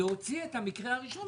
להוציא את המקרה הראשון,